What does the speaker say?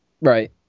Right